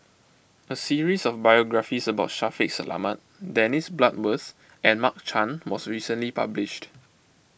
a series of biographies about Shaffiq Selamat Dennis Bloodworth and Mark Chan was recently published